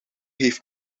heeft